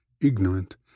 ignorant